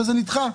וזה נדחה.